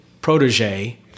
protege